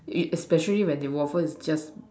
it especially when the waffle is just